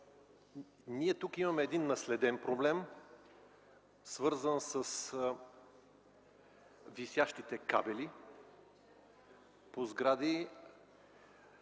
Тук имаме наследен проблем, свързан с висящите кабели по сгради,